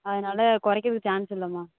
அதனால் குறைக்கிறதுக்கு சான்ஸ் இல்லைம்மா